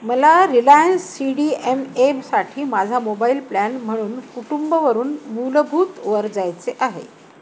मला Reliance C D M एमसाठी माझा मोबाईल प्लॅन म्हणून कुटुंबवरून मूलभूत वर जायचे आहे